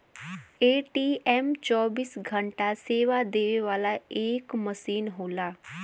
ATM चौबीस घंटा सेवा देवे वाला एक मसीन होला